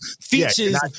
features